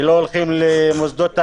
שלא הולכים למוסדות החינוך,